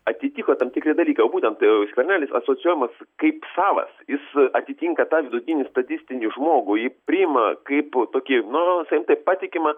atitiko tam tikri dalykai o būtent skvernelis asocijuojamas kaip savas jis atitinka tą vidutinį statistinį žmogų jį priima kaip tokį nu sakykim taip patikimą